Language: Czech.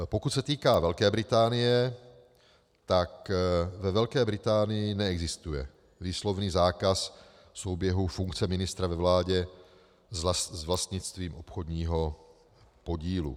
Pokud se týká Velké Británie, tak ve Velké Británii neexistuje výslovný zákaz souběhu funkce ministra ve vládě s vlastnictvím obchodního podílu.